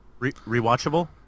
rewatchable